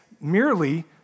merely